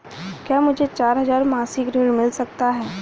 क्या मुझे चार हजार मासिक ऋण मिल सकता है?